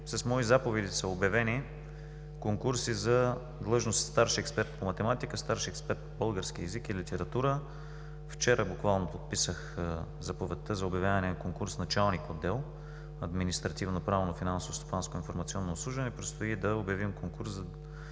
С мои заповеди са обявени конкурси за длъжност „Старши експерт по математика“, „Старши експерт по български език и литература“. Вчера буквално подписах заповедта за обявяване на конкурс началник на отдел „Административно-правно, финансово-стопанско информационно обслужване“. Предстои да обявим конкурс за